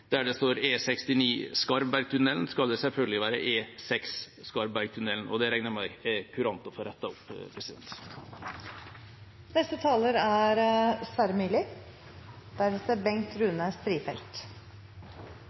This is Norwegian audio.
Der det står «E69 Skarvbergtunnelen», skal det selvfølgelig være «E6 Skarvbergtunnelen», og det regner jeg med er kurant å få rettet opp. Jeg vil i innlegget mitt berøre to saker. Det er